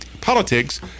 politics